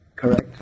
correct